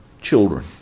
children